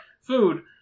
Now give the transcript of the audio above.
food